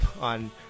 on